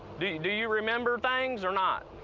do do you remember things or not?